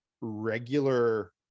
regular